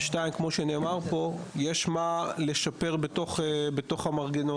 וכמו שנאמר פה, יש מה לשפר בתוך המנגנון.